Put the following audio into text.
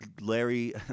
Larry